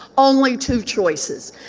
only two choices.